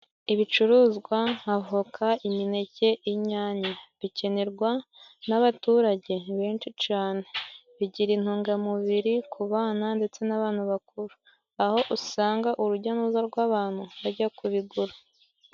Ibicuruzwa nk'avoka, imineke, inyanya. Bikenerwa n'abaturage benshi cane. Bigira intungamubiri ku bana ndetse n'abantu bakuru, aho usanga urujya n'uruza rw'abantu bajya kubigura.